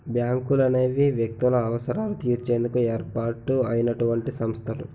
బ్యాంకులనేవి వ్యక్తుల అవసరాలు తీర్చేందుకు ఏర్పాటు అయినటువంటి సంస్థలు